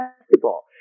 basketball